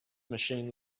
machine